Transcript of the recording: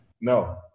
No